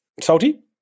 Salty